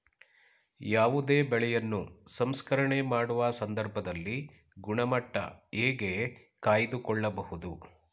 ಯಾವುದೇ ಬೆಳೆಯನ್ನು ಸಂಸ್ಕರಣೆ ಮಾಡುವ ಸಂದರ್ಭದಲ್ಲಿ ಗುಣಮಟ್ಟ ಹೇಗೆ ಕಾಯ್ದು ಕೊಳ್ಳಬಹುದು?